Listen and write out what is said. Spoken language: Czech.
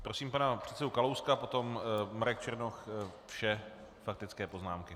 Prosím pana předsedu Kalouska, potom Marek Černoch, vše faktické poznámky.